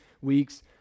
weeks